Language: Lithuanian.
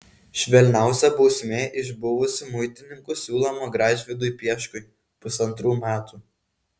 švelniausia bausmė iš buvusių muitininkų siūloma gražvydui pieškui pusantrų metų